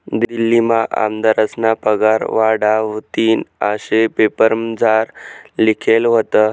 दिल्लीमा आमदारस्ना पगार वाढावतीन आशे पेपरमझार लिखेल व्हतं